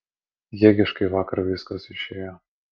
jėgiškai vakar viskas išėjo